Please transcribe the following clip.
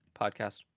podcast